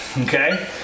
okay